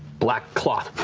black cloth.